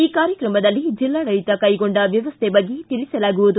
ಈ ಕಾರ್ಯಕ್ರಮದಲ್ಲಿ ಜಿಲ್ಲಾಡಳತ ಕೈಗೊಂಡ ವ್ಯವಸ್ಥೆ ಬಗ್ಗೆ ತಿಳಿಸಲಾಗುವುದು